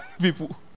People